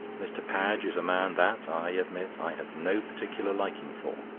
mr. padge is a man that, i admit, i have no particular liking for,